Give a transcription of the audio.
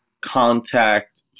contact